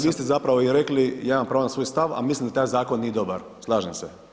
vi ste zapravo i rekli, ja imam pravo na svoj stav i mislim da taj zakon nije dobar, slažem se.